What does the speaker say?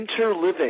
interliving